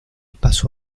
pasó